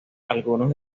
algunos